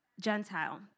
Gentile